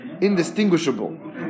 indistinguishable